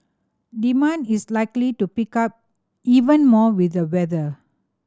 demand is likely to pick up even more with the weather